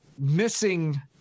missing –